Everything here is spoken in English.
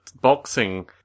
boxing